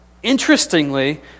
Interestingly